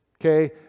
Okay